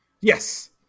Yes